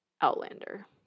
Outlander